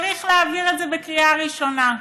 צריך להעביר את זה בקריאה ראשונה.